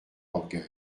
orgueil